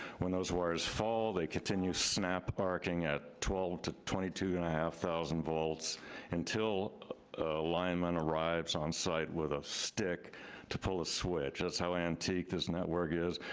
when those wires fall, they continue snap arching at twelve to twenty two and a half thousand volts until a lineman arrives onsite with a stick to pull the switch. that's how antique this network is.